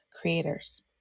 creators